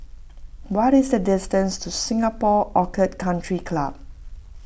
what is the distance to Singapore Orchid Country Club